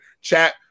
Chat